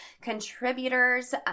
contributors